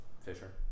Fisher